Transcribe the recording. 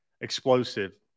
explosive